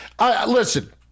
Listen